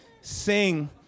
sing